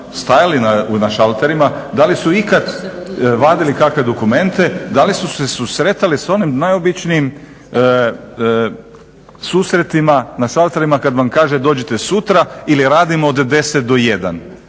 stajali na šalterima, da li su ikad vadili kakve dokumente, da li su se susretali s onim najobičnijim susretima na šalterima kada vam kaže dođite sutra ili radimo od 10 do 1,